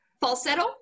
Falsetto